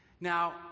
Now